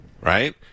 right